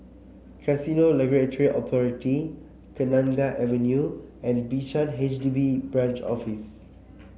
Casino Regulatory Authority Kenanga Avenue and Bishan H D B Branch Office